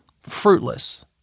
fruitless